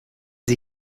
sie